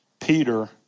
Peter